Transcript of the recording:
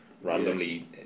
randomly